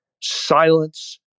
silence